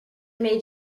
made